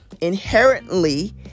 inherently